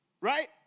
Right